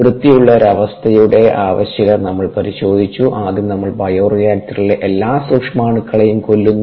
വൃത്തിയുള്ള ഒരു അവസ്ഥയുടെ ആവശ്യകത നമ്മൾ പരിശോധിച്ചു ആദ്യം നമ്മൾ ബയോറിയാക്ടറിലെ എല്ലാ സൂക്ഷ്മാണുക്കളെയും കൊല്ലുന്നു